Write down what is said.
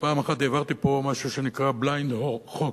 ופעם אחת העברתי פה משהו שנקרא blind חוק,